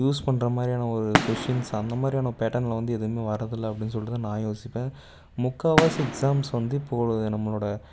use பண்ணுறமாரியான ஒரு questions அந்தமாதிரியான ஒரு பேட்டர்னில் வந்து எதுவுமே வரதில்லை அப்படின்னு சொல்லுறது நான் யோசிப்பேன் முக்கால்வாசி எக்ஸாம்ஸ் வந்து இப்போ நம்மளோட